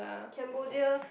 Cambodia